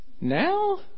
Now